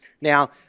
Now